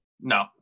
No